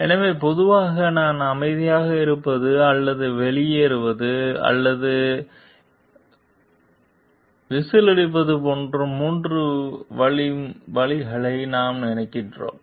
எனவே பொதுவாக நான் அமைதியாக இருப்பது அல்லது வெளியேறுவது அல்லது விசில் அடிப்பது போன்ற மூன்று வழிகளை நாம் நினைக்கிறோம்